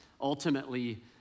ultimately